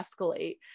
escalate